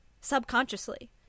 subconsciously